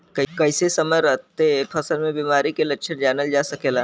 कइसे समय रहते फसल में बिमारी के लक्षण जानल जा सकेला?